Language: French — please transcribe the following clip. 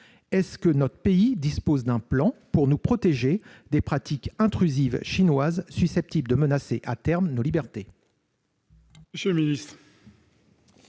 exemple ? Notre pays dispose-t-il d'un plan pour nous protéger des pratiques intrusives chinoises, susceptibles de menacer à terme nos libertés ?